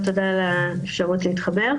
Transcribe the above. אבל תודה על האפשרות להתחבר.